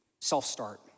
self-start